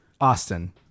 austin